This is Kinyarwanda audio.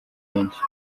benshi